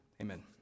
Amen